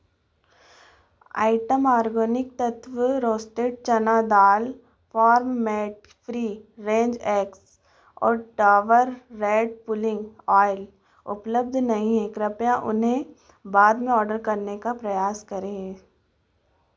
item organic Tattva roasted chana dal farm made free range eggs और Dabur red pulling oil उपलब्ध नहीं हैं कृपया उन्हें बाद में ऑर्डर करने का प्रयास करें